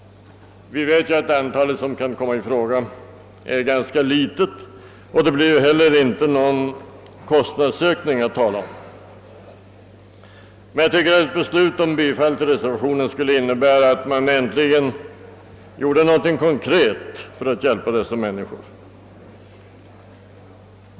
Vi vet att det är ett ganska litet antal som kan komma i fråga och det blir därför inte någon kostnadsökning att tala om. Ett beslut om bifall till reservationen skulle innebära att man äntligen gjorde något konkret för att hjälpa dessa människor.